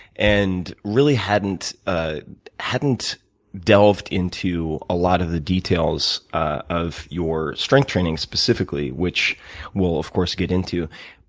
and really hadn't ah hadn't delved into a lot of the details of your strength training specifically, which we'll of course get into.